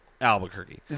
Albuquerque